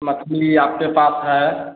मछली आपके पास है